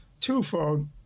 twofold